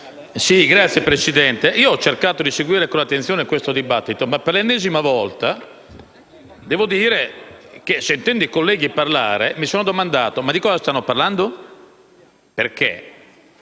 Signor Presidente, ho cercato di seguire con attenzione il dibattito, ma per l'ennesima volta devo dire che, sentendo i colleghi parlare, mi sono domandato di cosa stessero parlando.